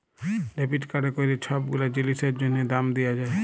debit কাড়ে ক্যইরে ছব গুলা জিলিসের জ্যনহে দাম দিয়া যায়